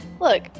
Look